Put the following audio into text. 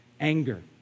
anger